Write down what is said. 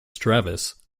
travis